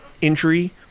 injury